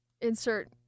Insert